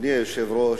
אדוני היושב-ראש,